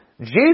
Jesus